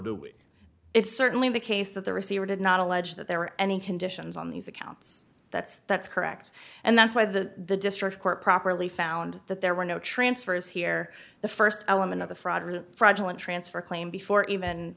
do it it's certainly the case that the receiver did not allege that there were any conditions on these accounts that's that's correct and that's why the district court properly found that there were no transfers here the st element of the fraud fraudulent transfer claim before even